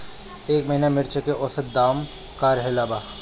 एह महीना मिर्चा के औसत दाम का रहल बा?